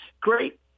great